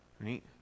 right